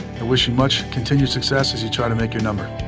wish you much continued success as you try to make your number.